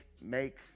make